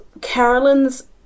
Carolyn's